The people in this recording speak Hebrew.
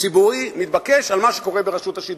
ציבורי מתבקש על מה שקורה ברשות השידור.